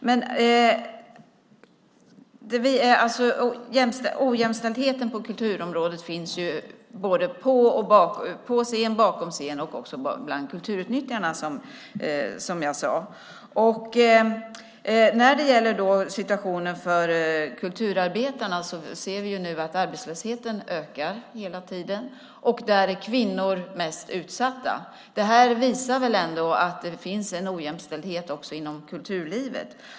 Ojämställdheten på kulturområdet finns både på scen, bakom scen och bland kulturutnyttjarna. När det gäller situationen för kulturarbetarna ser vi att arbetslösheten ökar hela tiden. Där är kvinnor mest utsatta. Det här visar ändå att det finns en ojämställdhet också inom kulturlivet.